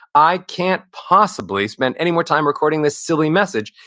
i can't possibly spend anymore time recording this silly message,